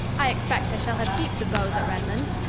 i expect i shall have heaps of beaux at redmond.